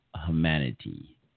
humanity